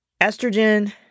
Estrogen